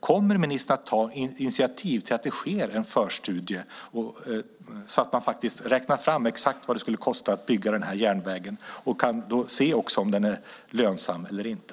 Kommer ministern att ta initiativ till att det sker en förstudie så att man räknar fram exakt vad det skulle kosta att bygga den här järnvägen? Då skulle man också kunna se om den är lönsam eller inte.